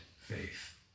faith